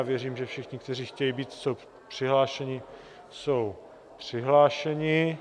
Věřím, že všichni, kteří chtějí být přihlášeni, jsou přihlášeni.